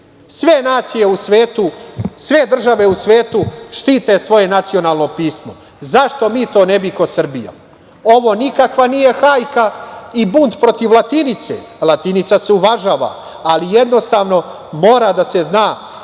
Sve nacije u svetu, sve države u svetu štite svoje nacionalno pismo. Zašto mi to ne bi kao Srbija? Ovo nije nikakva hajka i bunt protiv latinice, latinica se uvažava, ali jednostavno mora da se zna